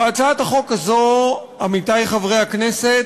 הצעת החוק הזאת, עמיתי חברי הכנסת,